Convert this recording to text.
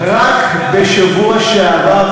רק בשבוע שעבר,